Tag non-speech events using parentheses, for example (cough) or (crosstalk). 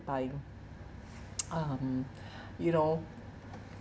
by (noise) um (breath) you know